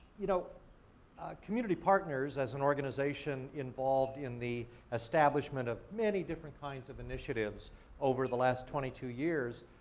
you know community partners, as an organization involved in the establishment of many different kinds of initiatives over the last twenty two years,